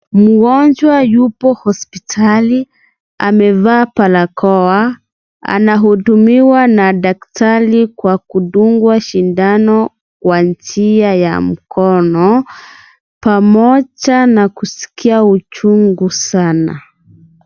Mgonjwa yupo hospitali, amevaa barakoa. Anahudumiwa na daktari kwa kudungwa sindano kwa njia ya mkono pamoja na kusikia uchungu sana.